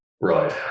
Right